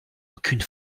aucune